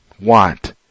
want